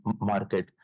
market